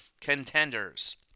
contenders